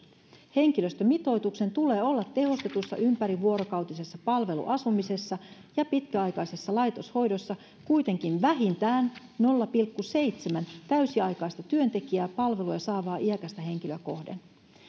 henkilöstömitoituksen tulee olla tehostetussa ympärivuorokautisessa palveluasumisessa ja pitkäaikaisessa laitoshoidossa kuitenkin vähintään nolla pilkku seitsemän täysiaikaista työntekijää palveluja saavaa iäkästä henkilöä kohden